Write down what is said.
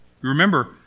Remember